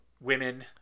women